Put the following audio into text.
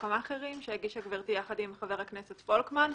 המאכערים שהגישה גבירתי יחד עם חבר הכנסת רועי פולקמן,